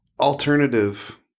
alternative